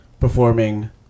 performing